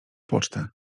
pocztę